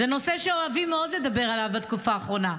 זה נושא שאוהבים מאוד לדבר עליו בתקופה האחרונה.